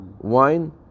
wine